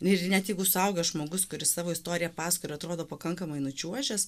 ir net jeigu suaugęs žmogus kuris savo istoriją pasakoja ir atrodo pakankamai nučiuožęs